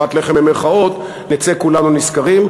פת לחם במירכאות, נצא כולנו נשכרים.